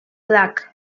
black